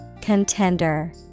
Contender